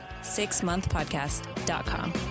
sixmonthpodcast.com